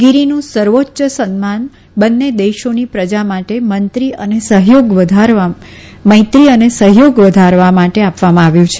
ગીરીનું સર્વોચ્ય સન્માન બંને દેશોની પ્રજા માટે મંત્રી અને સહયોગ વધારવા માટે આપવામાં આવ્યું છે